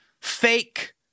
fake